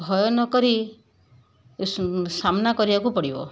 ଭୟ ନ କରି ସାମ୍ନା କରିବାକୁ ପଡ଼ିବ